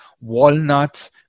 walnuts